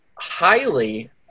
highly